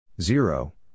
zero